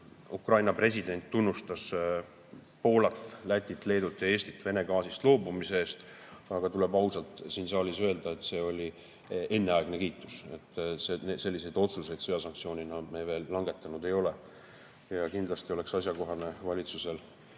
Ukraina president tunnustas Poolat, Lätit, Leedut ja Eestit Vene gaasist loobumise eest. Aga tuleb ausalt öelda, et see oli enneaegne kiitus. Selliseid otsuseid sõjasanktsioonina me veel langetanud ei ole. Kindlasti oleks asjakohane, kui valitsus